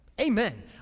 Amen